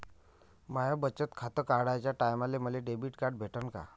माय बचत खातं काढाच्या टायमाले मले डेबिट कार्ड भेटन का?